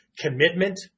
commitment